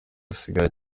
asigaye